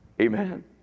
Amen